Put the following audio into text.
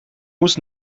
muss